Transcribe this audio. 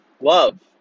love